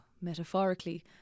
metaphorically